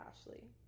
Ashley